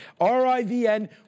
R-I-V-N